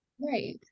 Right